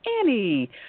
Annie